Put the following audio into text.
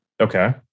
Okay